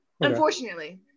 unfortunately